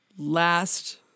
Last